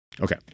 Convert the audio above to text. Okay